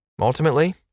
Ultimately